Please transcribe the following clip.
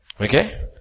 Okay